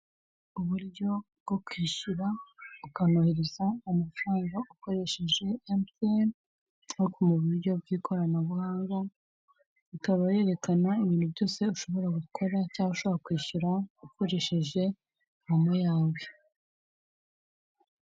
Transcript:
Uburyo bwo kwishyura ukanohereza amafaranga ukoresheje emutiye ariko mu buryo bw'ikoranabuhanga ikaba yerekana ibintu byose ushobora gukora cyangwa ushaka kwishyura ukoresheje moma yawe.